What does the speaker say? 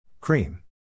Cream